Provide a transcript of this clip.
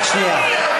רק שנייה.